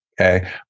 Okay